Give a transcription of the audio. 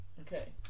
Okay